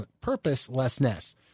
purposelessness